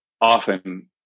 often